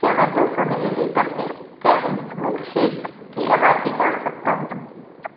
क्या मैं दो सौ मिलीलीटर के केविंस मिल्कशेक की एम आर पी जान सकता हूँ